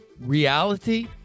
reality